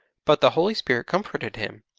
but the holy spirit comforted him,